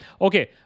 Okay